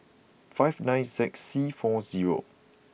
five nine Z C four zero